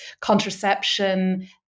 contraception